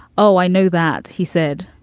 oh, i know that he said,